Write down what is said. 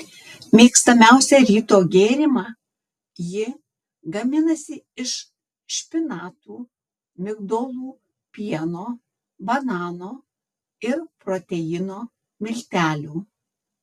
mėgstamiausią ryto gėrimą ji gaminasi iš špinatų migdolų pieno banano ir proteino miltelių